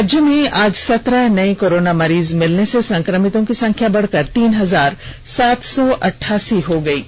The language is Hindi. राज्य में आज सत्रह नए कोरोना मरीज मिलने से संक्रमितों की संख्या बढ़कर तीन हजार सात सौ अठासी हो गई है